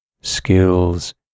skills